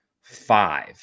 Five